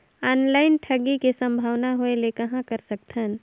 Online ठगी के संभावना होय ले कहां कर सकथन?